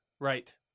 Right